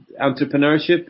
entrepreneurship